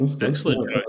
excellent